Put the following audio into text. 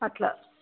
అట్లా